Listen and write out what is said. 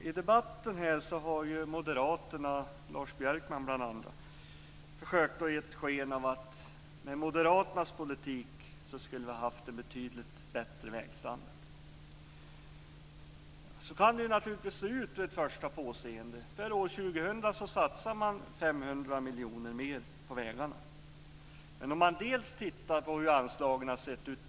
I debatten har moderaterna, bl.a. Lars Björkman, försökt ge sken av att moderaternas politik skulle ha givit en betydligt bättre vägstandard. Så kan det naturligtvis se ut vid det första påseendet. För år 2000 satsar man 500 miljoner kronor mer på vägarna. Men vi kan då titta på hur anslagen tidigare har sett ut.